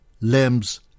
limbs